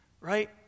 right